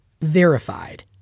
Verified